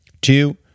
Two